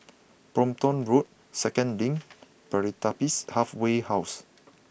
Brompton Road Second Link Pertapis Halfway House